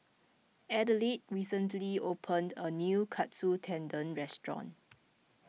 Adelaide recently opened a new Katsu Tendon restaurant